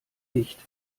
nicht